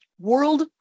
world